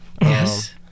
Yes